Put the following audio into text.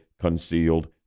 concealed